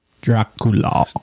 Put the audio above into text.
Dracula